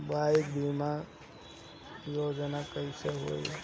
Bike बीमा योजना कैसे होई?